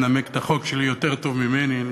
היה מנמק את החוק שלי יותר טוב ממני.